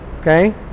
Okay